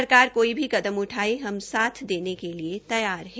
सरकार कोई भी कदम उठाये हम साथ देने के लिए तैयार है